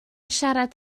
siarad